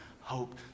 hope